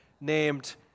named